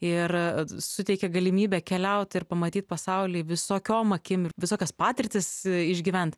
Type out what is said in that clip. ir suteikia galimybę keliaut ir pamatyt pasaulį visokiom akim ir visokias patirtis išgyvent